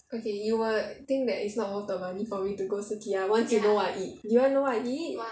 okay you will think that is not worth the money for me to go sukiya once you know what I eat you want to know what I eat